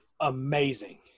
amazing